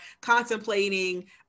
contemplating